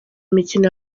imikino